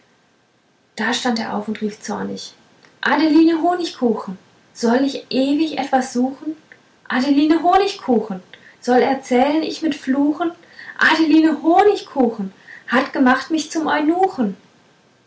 da stand er auf und rief zornig adeline honigkuchen soll ich ewig etwas suchen adeline honigkuchen soll erzählen ich mit fluchen adeline honigkuchen hat gemacht mich zum eunuchen